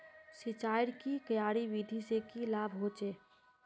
सिंचाईर की क्यारी विधि से की लाभ होचे?